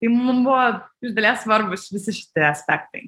tai mum buvo iš dalies svarbūs visi šitie aspektai